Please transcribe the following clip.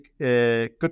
good